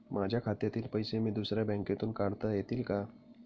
माझ्या खात्यातील पैसे मी दुसऱ्या बँकेतून काढता येतील का?